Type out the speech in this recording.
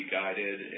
guided